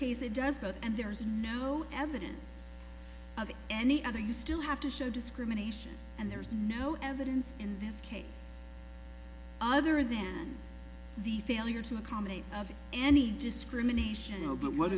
case it does that and there's no evidence of any other you still have to show discrimination and there's no evidence in this case other than the failure to accommodate any discrimination but what